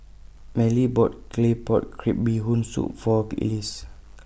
Mallie bought Claypot Crab Bee Hoon Soup For Elois